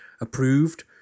approved